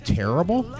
terrible